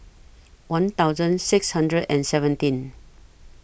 one thousand six hundred and seventeen